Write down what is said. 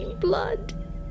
Blood